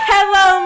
Hello